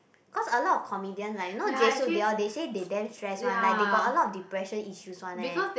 cause a lot of comedian right you know jae-suk they all they say they damn stress one like they got a lot of depression issues one leh